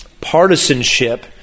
partisanship